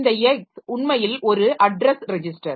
இந்த X உண்மையில் ஒரு அட்ரஸ் ரெஜிஸ்டர்